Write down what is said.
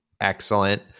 excellent